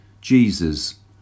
Jesus